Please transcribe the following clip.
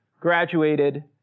graduated